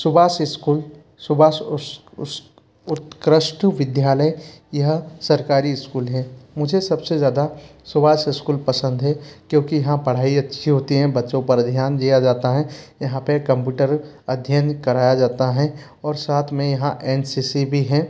Subhash school Subhash उत्कृष्ट विद्यालय यह सरकारी स्कूल है मुझे सबसे ज़्यादा सुभाष स्कूल पसंद है क्योंकि यहाँ पढ़ाई अच्छी होती हैं बच्चों पर ध्यान दिया जाता है यहाँ पर कम्प्यूटर अध्ययन कराया जाता हैं और साथ में यहाँ एन सी सी भी है